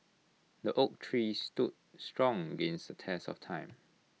the oak tree stood strong against the test of time